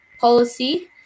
policy